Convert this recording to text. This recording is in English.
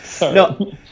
No